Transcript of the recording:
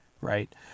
Right